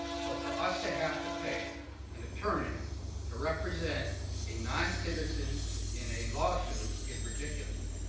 so for us to have to pay an attorney to represent a noncitizen in a lawsuit is ridiculous,